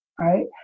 right